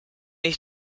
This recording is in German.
ich